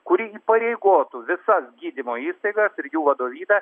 kuri įpareigotų visas gydymo įstaigas ir jų vadovybę